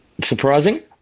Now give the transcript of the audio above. surprising